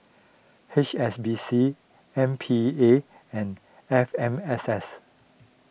H S B C M P A and F M S S